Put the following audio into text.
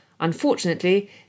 Unfortunately